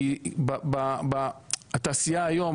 התעשייה היום,